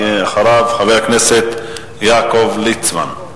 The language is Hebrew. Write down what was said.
יהיה אחריו חבר הכנסת יעקב ליצמן.